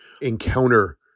encounter